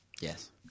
Yes